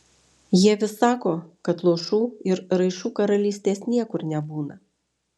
jie vis sako kad luošų ir raišų karalystės niekur nebūna